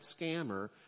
scammer